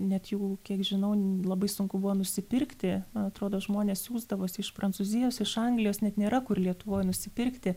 net jų kiek žinau labai sunku buvo nusipirkti man atrodo žmonės siųsdavosi iš prancūzijos iš anglijos net nėra kur lietuvoj nusipirkti